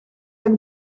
jak